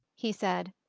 he said.